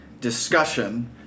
discussion